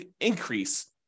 increase